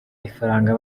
ifaranga